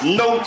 no